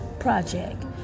project